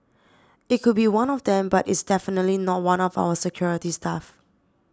it could be one of them but it's definitely not one of our security staff